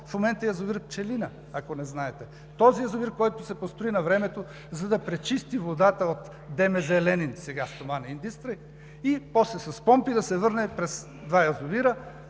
в момента язовир „Пчелина“, ако не знаете. Този язовир, който се построи навремето, за да пречисти водата от ДМЗ „Ленин“, сега „Стомана индъстри“ и после с помпи да се върне през два язовира